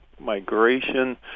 migration